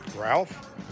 Ralph